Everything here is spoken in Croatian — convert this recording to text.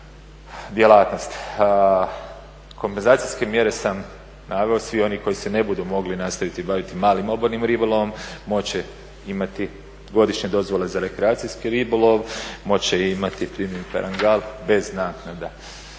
djelatnost. Kompenzacijske mjere sam naveo, svi oni koji se ne budu mogli nastaviti baviti malim obalnim ribolovom moći će imati godišnje dozvole za rekreacijski ribolov, moći će imati …/Govornik se ne razumije./… bez naknada.